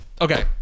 Okay